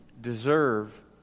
deserve